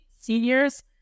seniors